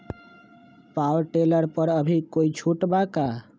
Power tiller पर अभी कोई छुट बा का?